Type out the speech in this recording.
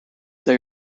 they